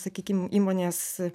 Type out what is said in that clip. sakykim įmonės